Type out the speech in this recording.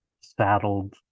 saddled